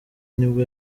nibwo